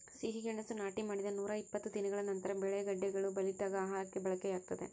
ಸಿಹಿಗೆಣಸು ನಾಟಿ ಮಾಡಿದ ನೂರಾಇಪ್ಪತ್ತು ದಿನಗಳ ನಂತರ ಬೆಳೆ ಗೆಡ್ಡೆಗಳು ಬಲಿತಾಗ ಆಹಾರಕ್ಕೆ ಬಳಕೆಯಾಗ್ತದೆ